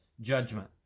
judgment